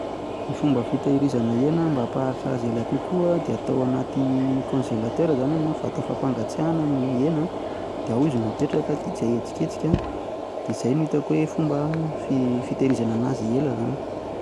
Ny fomba fitahirizana hena mba hampaharitra azy ela kokoa dia atao ao anaty konzelatera izany na vata fampangatsiahana ny hena, dia ao izy no apetraka dia tsy ahetsiketsika dia izay no hitako hoe fomba fitahirizana an'azy ela zany.